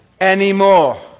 anymore